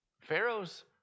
Pharaoh's